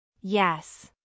Yes